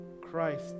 Christ